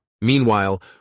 Meanwhile